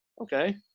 okay